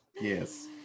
Yes